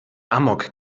amok